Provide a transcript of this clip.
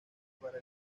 para